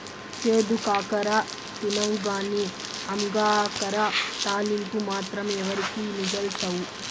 చేదు కాకర తినవుగానీ అంగాకర తాలింపు మాత్రం ఎవరికీ మిగల్సవు